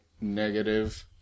negative